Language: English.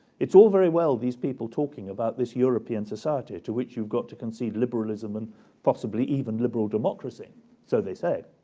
it's all very well these people talking about this european society to which you've got to concede liberalism and possibly even liberal democracy so they say.